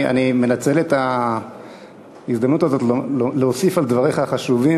אני מנצל את ההזדמנות הזאת להוסיף על דבריך החשובים